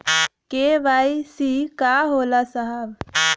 KYC का होला साहब?